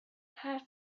حرف